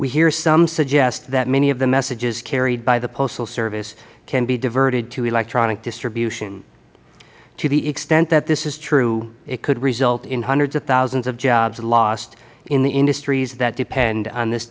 we hear some suggest that many of the messages carried by the postal service can be diverted to electronic distribution to the extent that this is true it could result in hundreds of thousands of jobs lost in the industries that depend on this